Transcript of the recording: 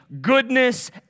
goodness